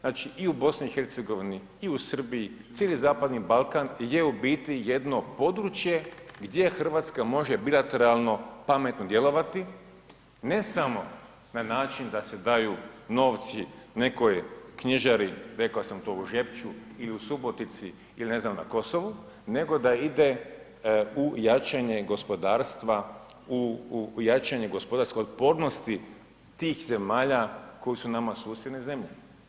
Znači i u BiH i u Srbiji, cijeli zapadni Balkan je u biti jedno područje gdje Hrvatska može bilateralno pametno djelovati, ne samo na način da se daju novci nekoj knjižari, rekao sam to, u Žepču i u Subotici ili ne znam na Kosovu nego da ide u jačanje gospodarstva i jačanje gospodarske otpornosti tih zemalja koje su nama susjedne zemlje.